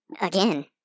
Again